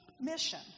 mission